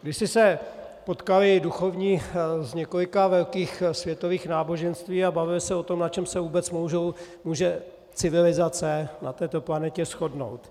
Kdysi se potkali duchovní z několika velkých světových náboženství a bavili se o tom, na čem se vůbec může civilizace na této planetě shodnout.